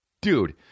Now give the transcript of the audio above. Dude